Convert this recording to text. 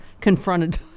confronted